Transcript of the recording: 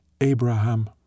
Abraham